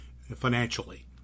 financially